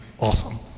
awesome